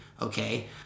Okay